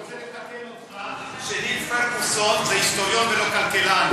אני רוצה לתקן אותך שניל פרגוסון הוא היסטוריון ולא כלכלן,